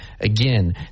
Again